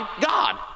God